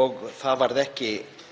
og það var ekki